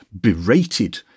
berated